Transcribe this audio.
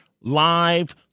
live